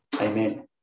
Amen